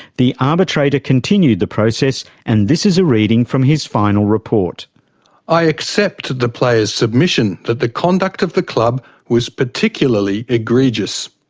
the arbitrator continued the process, and this is a reading from his final report i accept the player's submission that the conduct of the club was particularly egregious.